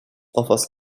offers